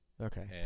Okay